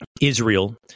Israel